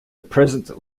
present